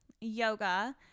yoga